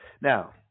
Now